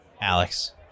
Alex